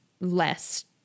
less